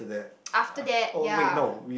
after that ya